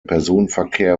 personenverkehr